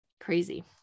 crazy